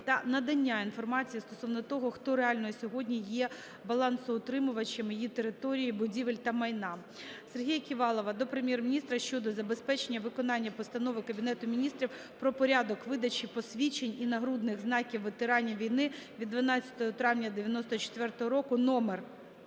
та надання інформації стосовно того, хто реально сьогодні є балансоутримувачем її території, будівель та майна. Сергія Ківалова до Прем'єр-міністра щодо забезпечення виконання Постанови Кабінету Міністрів "Про порядок видачі посвідчень і нагрудних знаків ветеранів війни" від 12 травня 94-го року